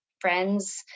friends